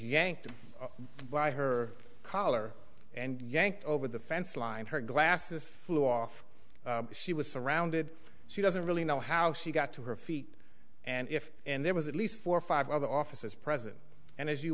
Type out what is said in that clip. yanked by her collar and yanked over the fence line her glasses flew off she was surrounded she doesn't really know how she got to her feet and if and there was at least four or five other officers present and as you